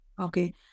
Okay